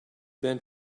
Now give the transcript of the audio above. been